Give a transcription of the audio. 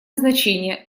значение